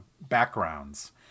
backgrounds